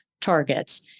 targets